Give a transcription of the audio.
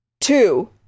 Two